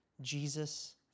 Jesus